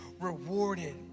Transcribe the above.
rewarded